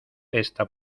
esta